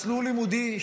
מסלול לימודי,